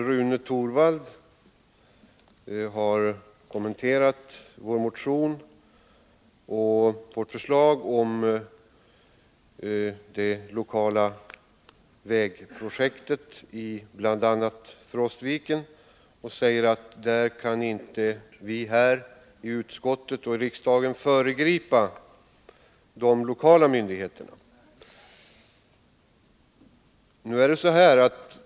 Rune Torwald har kommenterat vår motion och vårt förslag om ett lokalt vägprojekt i bl.a. Frostviken och säger att varken utskottet eller riksdagen kan föregripa de lokala myndigheternas handläggning.